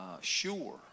sure